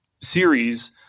series